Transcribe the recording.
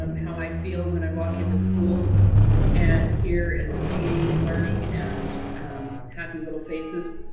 um how i feel when i walk into schools and hear and see learning and um happy little faces.